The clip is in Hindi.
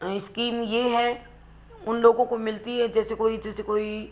स्कीम ये है उन लोगों को मिलती जैसे कोई जैसे कोई